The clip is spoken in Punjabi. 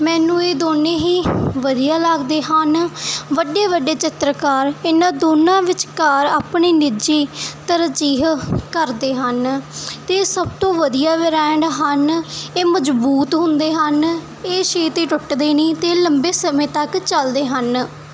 ਮੈਨੂੰ ਇਹ ਦੋਨੇ ਹੀ ਵਧੀਆ ਲੱਗਦੇ ਹਨ ਵੱਡੇ ਵੱਡੇ ਚਿੱਤਰਕਾਰ ਇਹਨਾਂ ਦੋਨਾਂ ਵਿਚਕਾਰ ਆਪਣੀ ਨਿੱਜੀ ਤਰਜੀਹ ਕਰਦੇ ਹਨ ਅਤੇ ਸਭ ਤੋਂ ਵਧੀਆ ਬਰੈਂਡ ਹਨ ਇਹ ਮਜ਼ਬੂਤ ਹੁੰਦੇ ਹਨ ਇਹ ਛੇਤੀ ਟੁੱਟਦੇ ਨਹੀਂ ਅਤੇ ਲੰਬੇ ਸਮੇਂ ਤੱਕ ਚਲਦੇ ਹਨ